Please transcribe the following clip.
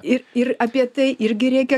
ir ir apie tai irgi reikia